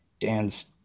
Dan's